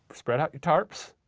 spread out tarps,